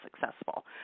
successful